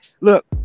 look